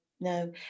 no